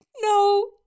no